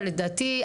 אבל לדעתי,